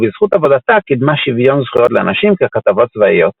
ובזכות עבודתה קידמה שוויון זכויות לנשים ככתבות צבאיות.